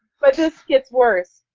but this gets worse,